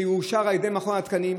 שיאושר על ידי מכון התקנים,